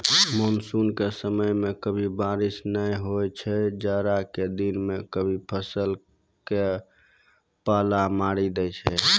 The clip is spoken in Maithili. मानसून के समय मॅ कभी बारिश नाय होय छै, जाड़ा के दिनों मॅ कभी फसल क पाला मारी दै छै